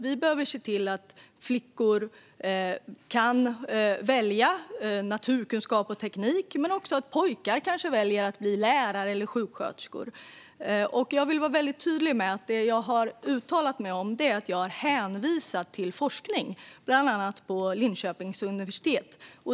Vi behöver se till att flickor kan välja naturkunskap och teknik men också att pojkar kan välja att bli lärare eller sjuksköterskor. Jag vill vara tydlig med att i det jag har uttalat har jag hänvisat till forskning, bland annat från Linköpings universitet.